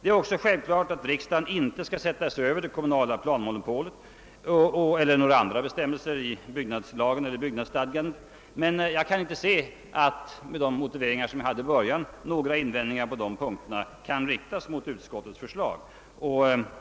Det är också självklart att riksdagen inte skall sätta sig över det kommunala planmonopolet eller några andra bestämmelser i byggnadslagstiftningen eller byggnadsstadgan, men jag kan inte se att med de motiveringar som jag framförde i början av mitt anförande några invändningar på de punkterna kan riktas mot utskottets förslag